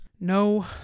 No